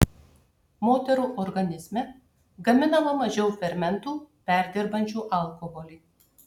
moterų organizme gaminama mažiau fermentų perdirbančių alkoholį